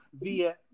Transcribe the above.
via